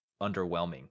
underwhelming